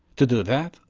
to do that,